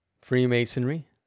Freemasonry